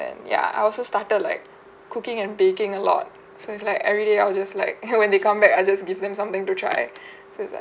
ya I also started like cooking and baking a lot so it's like everyday I will just like !hey! when they come back I just give them something to try so it's like